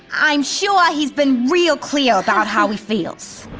i'm sure he's been real clear about how he feels.